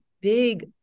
big